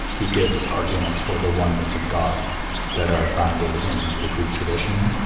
he gives arguments for the oneness of god that are grounded in the greek tradition,